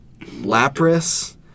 Lapras